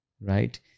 Right